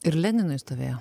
ir leninui stovėjo